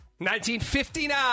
1959